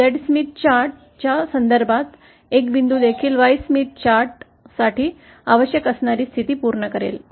Zस्मिथ chart च्या संदर्भात एक बिंदू देखील Y स्मिथ चार्ट साठी आवश्यक असणारी स्थिती पूर्ण करेल